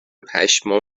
پشمام